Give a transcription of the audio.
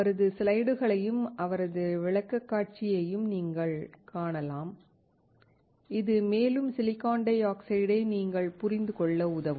அவரது ஸ்லைடுகளையும் அவரது விளக்கக்காட்சியையும் நீங்கள் காணலாம் இது மேலும் சிலிக்கான் டை ஆக்சைடை நீங்கள் புரிந்து கொள்ள உதவும்